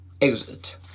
exit